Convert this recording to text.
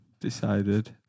decided